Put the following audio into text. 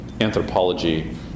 anthropology